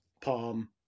Palm